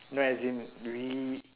no as in we